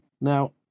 Now